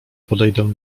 podejdę